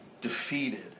defeated